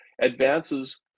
advances